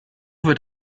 wird